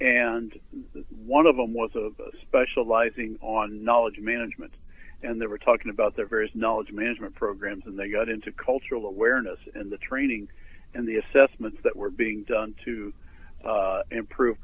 and one of them was of specializing on knowledge management and they were talking about their various knowledge management programs and they got into cultural awareness and the training and the assessments that were being done to improve